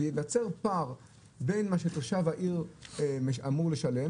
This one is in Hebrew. וייווצר פער בין מה שתושב העיר אמור לשלם,